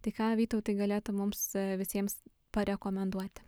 tai ką vytautai galėtum mums visiems parekomenduoti